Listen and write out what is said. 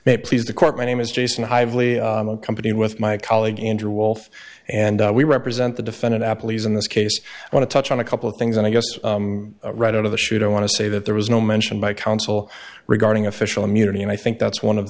it please the court my name is jason hive lee company with my colleague andrew wolf and we represent the defendant applebee's in this case i want to touch on a couple of things and i guess right out of the chute i want to say that there was no mention by counsel regarding official immunity and i think that's one of